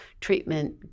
treatment